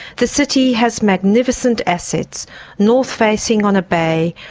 the city has magnificent assets north facing on a bay,